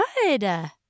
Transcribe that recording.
Good